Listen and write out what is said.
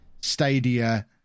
Stadia